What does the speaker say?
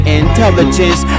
intelligence